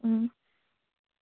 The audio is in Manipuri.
ꯎꯝ